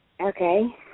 Okay